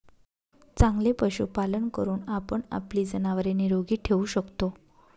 चांगले पशुपालन करून आपण आपली जनावरे निरोगी ठेवू शकतो